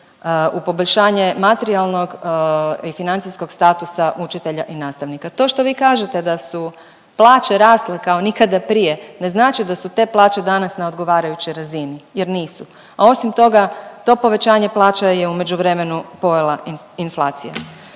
u poboljšanje materijalnog i financijskog statusa učitelja i nastavnika. To što vi kažete da su plaće rasle kao nikada prije, ne znači da su te plaće danas na odgovarajućoj razini, jer nisu, a osim toga to povećanje plaća je u međuvremenu pojela inflacija.